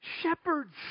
Shepherds